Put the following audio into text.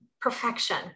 Perfection